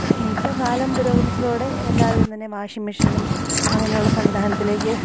ഇപ്പം കാലം പുരോഗമിച്ചതോടെ എല്ലാവരും തന്നെ വാഷിംഗ് മെഷീനും അങ്ങനെയുള്ള സംവിധാനത്തിലേക്ക്